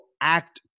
act